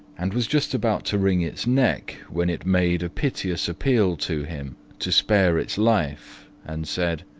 and was just about to wring its neck when it made a piteous appeal to him to spare its life and said,